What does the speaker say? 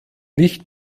nicht